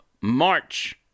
March